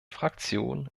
fraktion